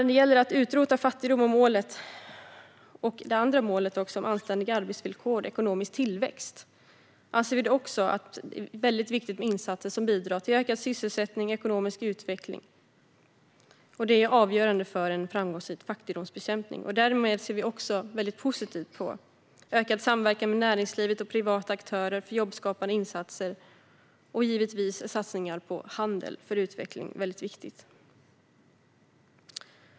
När det gäller målet att utrota fattigdom och målet om anständiga arbetsvillkor och ekonomisk tillväxt anser vi att det är viktigt med insatser som bidrar till ökad sysselsättning och ekonomisk utveckling. Det är avgörande för en framgångsrik fattigdomsbekämpning. Vi ser positivt på en ökad samverkan med näringslivet och privata aktörer för jobbskapande insatser. Givetvis är det också väldigt viktigt med satsningar på handel.